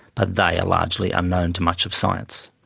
but they are largely unknown to much of science.